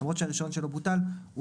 למרות שהרישיון שלו בוטל,